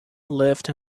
lived